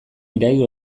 irail